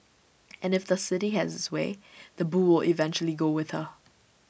and if the city has its way the bull eventually go with her